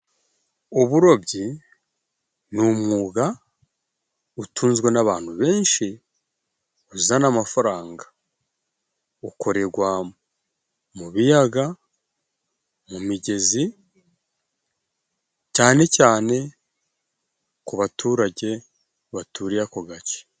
Uburobyi ni umwuga utunzwe n'abantu benshi uzana amafaranga. Ukorerwa mu biyaga, mu migezi cyane cyane, ku baturage baturiye ako gace.